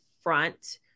front